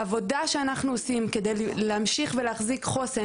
העבודה שאנחנו עושים כדי להמשיך ולהחזיק חוסן